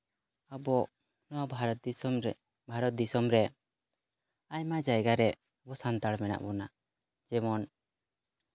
ᱟᱵᱚ ᱱᱚᱣᱟ ᱵᱷᱟᱨᱚᱛ ᱫᱤᱥᱚᱢ ᱨᱮ ᱵᱷᱟᱨᱚᱛ ᱫᱤᱥᱚᱢ ᱨᱮ ᱟᱭᱢᱟ ᱡᱟᱭᱜᱟᱨᱮ ᱟᱵᱚ ᱥᱟᱱᱛᱟᱲ ᱢᱮᱱᱟᱜ ᱵᱚᱱᱟ ᱡᱮᱢᱚᱱ